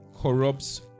corrupts